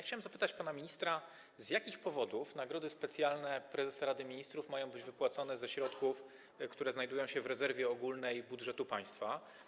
Chciałem zapytać pana ministra: Z jakich powodów nagrody specjalne prezesa Rady Ministrów mają być wypłacone ze środków, które znajdują się w rezerwie ogólnej budżetu państwa?